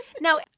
Now